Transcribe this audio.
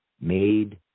made